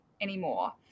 anymore